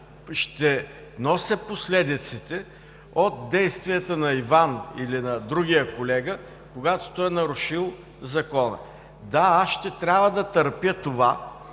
ще нося последиците от действията на Иван или на другия колега, когато той е нарушил Закона. Да, аз ще трябва да търпя това,